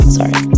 Sorry